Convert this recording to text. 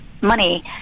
money